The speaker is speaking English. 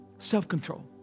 Self-control